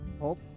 hope